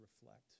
reflect